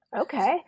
okay